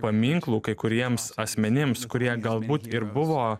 paminklų kai kuriems asmenims kurie galbūt ir buvo